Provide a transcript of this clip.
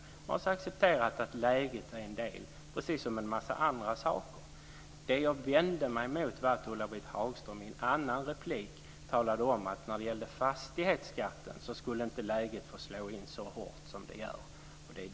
Man måste acceptera att läget är en del, precis som en massa andra saker. Det jag vände mig mot var att Ulla-Britt Hagström i en annan replik talade om att när det gällde fastighetsskatten skulle inte läget få slå så hårt som det gör.